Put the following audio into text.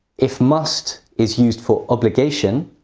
if must is used for obligation,